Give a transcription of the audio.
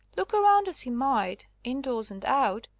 look around as he might, indoors and out,